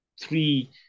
three